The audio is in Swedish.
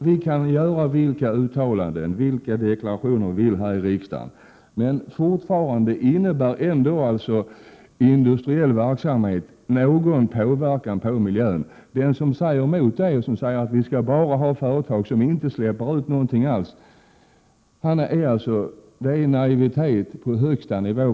Vi kan göra vilka uttalanden och deklarationer vi vill här i riksdagen, men fortfarande innebär ändå industriell verksamhet någon påverkan på miljön. Att säga att vi bara skall ha företag som inte släpper ut någonting alls är naivitet på högsta nivå.